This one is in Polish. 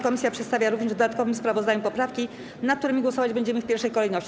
Komisja przedstawia również w dodatkowym sprawozdaniu poprawki, nad którymi głosować będziemy w pierwszej kolejności.